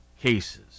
cases